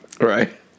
Right